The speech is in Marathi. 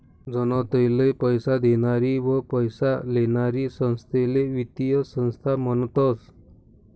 जनताले पैसा देनारी व पैसा लेनारी संस्थाले वित्तीय संस्था म्हनतस